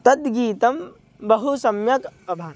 तद् गीतं बहु सम्यक् अभात्